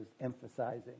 emphasizing